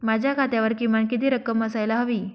माझ्या खात्यावर किमान किती रक्कम असायला हवी?